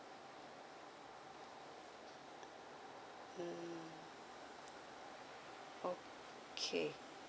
um okay